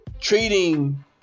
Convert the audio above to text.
treating